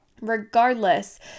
Regardless